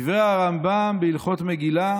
דברי הרמב"ם בהלכות מגילה